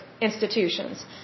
institutions